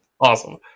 Awesome